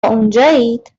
اونجایید